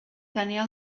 tenia